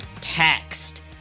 Text